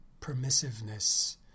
permissiveness